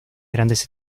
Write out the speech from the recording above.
grandes